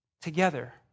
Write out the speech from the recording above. Together